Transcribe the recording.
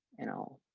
you know,